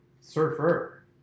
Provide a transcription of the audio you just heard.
Surfer